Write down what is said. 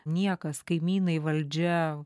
niekas kaimynai valdžia